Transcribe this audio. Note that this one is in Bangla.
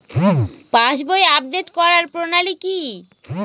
পাসবই আপডেট করার প্রণালী কি?